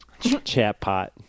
Chatbot